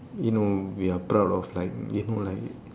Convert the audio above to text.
you know we are proud of like you know like